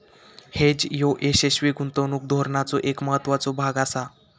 hedge ह्यो यशस्वी गुंतवणूक धोरणाचो एक महत्त्वाचो भाग आसा